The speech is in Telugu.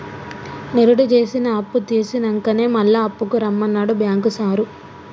నిరుడు జేసిన అప్పుతీర్సినంకనే మళ్ల అప్పుకు రమ్మన్నడు బాంకు సారు